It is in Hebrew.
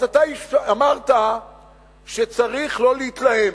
אז אמרת שצריך לא להתלהם.